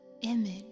image